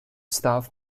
staff